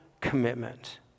commitment